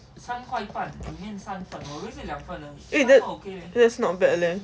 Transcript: eh eh like not bad leh